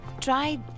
try